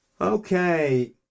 Okay